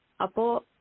Apo